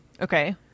Okay